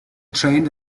trained